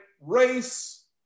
race